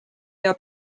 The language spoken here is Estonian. pea